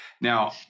Now